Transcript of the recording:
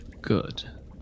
Good